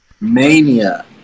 Mania